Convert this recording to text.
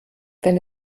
wenn